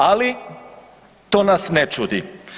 Ali to nas ne čudi.